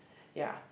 ya